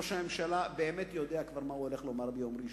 שראש הממשלה באמת יודע כבר מה הוא הולך לומר ביום ראשון.